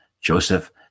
joseph